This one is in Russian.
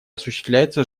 осуществляется